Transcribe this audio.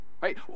right